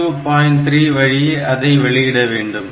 3 வழியே அதை வெளியிட வேண்டும்